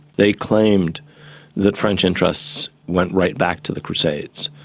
they claimed that french interests went right back to the crusades,